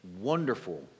wonderful